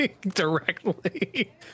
directly